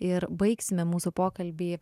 ir baigsime mūsų pokalbį